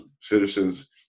citizens